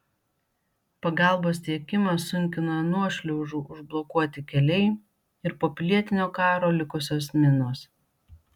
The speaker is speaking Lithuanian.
pagalbos tiekimą sunkina nuošliaužų užblokuoti keliai ir po pilietinio karo likusios minos